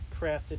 crafted